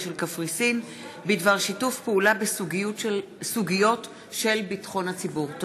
של קפריסין בדבר שיתוף פעולה בסוגיות של ביטחון הציבור.